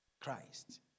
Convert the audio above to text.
Christ